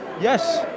Yes